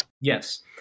Yes